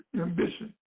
ambition